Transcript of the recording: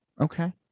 Okay